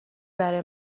برای